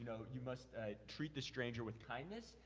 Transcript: know, you must ah treat the stranger with kindness.